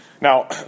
Now